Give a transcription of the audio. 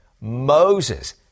Moses